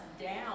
down